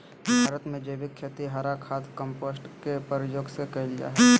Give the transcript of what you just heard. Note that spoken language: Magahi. भारत में जैविक खेती हरा खाद, कंपोस्ट के प्रयोग से कैल जा हई